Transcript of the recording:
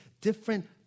different